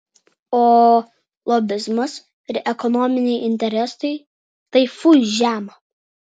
o lobizmas ir ekonominiai interesai tai fui žema